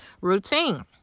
routine